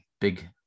big